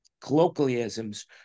colloquialisms